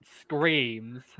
screams